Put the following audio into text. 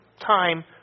time